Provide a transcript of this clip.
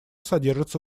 содержится